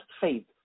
faith